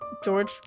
George